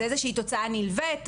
שזו איזושהי תוצאה נלווית.